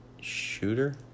shooter